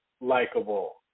likable